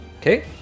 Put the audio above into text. Okay